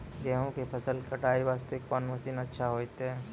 गेहूँ के फसल कटाई वास्ते कोंन मसीन अच्छा होइतै?